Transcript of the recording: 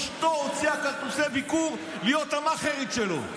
אשתו הוציאה כרטיסי ביקור להיות המאכערית שלו,